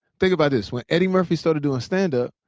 think about this. when eddie murphy started doing standup,